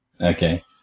Okay